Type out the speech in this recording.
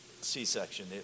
c-section